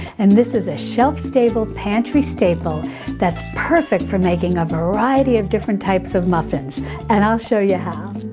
and this is a shelf stable pantry staple that's perfect for making a variety of different types of muffins and i'll show you how.